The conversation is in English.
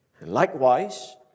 Likewise